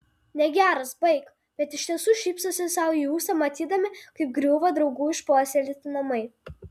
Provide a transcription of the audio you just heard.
negeras baik bet iš tiesų šypsosi sau į ūsą matydami kaip griūva draugų išpuoselėti namai